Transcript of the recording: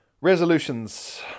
resolutions